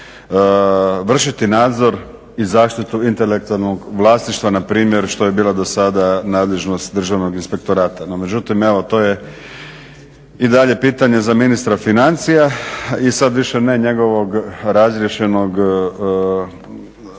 vršiti nadzor i zaštitu intelektualnog vlasništva na primjer što je bila do sada nadležnost Državnog inspektorata. No međutim, evo to je i dalje pitanje za ministra financija i sad ne više njegovog razriješenog